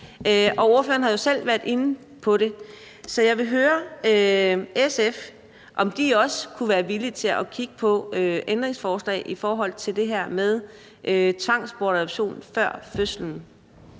Og ordføreren har jo selv været inde på det. Så jeg vil høre SF, om I også kunne være villige til kigge på ændringsforslag i forhold til det her med tvangsbortadoption før fødslen.